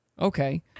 Okay